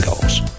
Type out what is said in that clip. goals